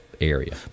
area